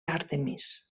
àrtemis